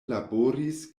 laboris